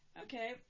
Okay